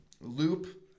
loop